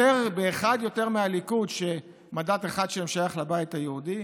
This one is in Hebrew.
אחד יותר מהליכוד, שמנדט אחד שם שייך לבית היהודי,